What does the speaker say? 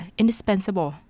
indispensable